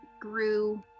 grew